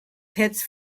pits